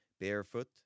barefoot